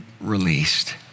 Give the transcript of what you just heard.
released